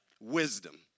wisdom